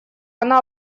она